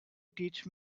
teach